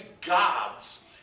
gods